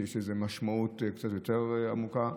שיש לזה משמעות קצת יותר עמוקה.